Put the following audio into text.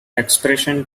expression